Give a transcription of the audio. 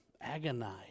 agonize